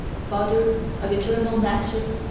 father of eternal matter,